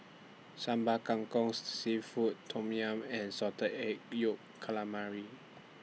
Sambal Kangkong Seafood Tom Yum and Salted Egg Yolk Calamari